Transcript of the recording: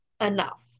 enough